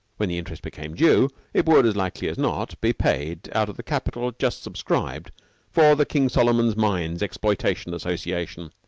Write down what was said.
when the interest became due, it would, as likely as not, be paid out of the capital just subscribed for the king solomon's mines exploitation association,